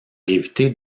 éviter